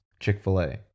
Chick-fil-A